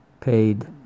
paid